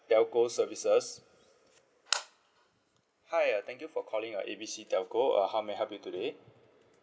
telco services hi uh thank you for calling uh A B C telco uh how may I help you today